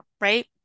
right